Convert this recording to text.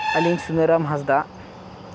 ᱟᱹᱞᱤᱧ ᱥᱩᱱᱟᱹᱨᱟᱢ ᱦᱟᱸᱥᱫᱟ